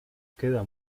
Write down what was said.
queda